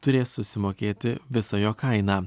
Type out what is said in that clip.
turės susimokėti visą jo kainą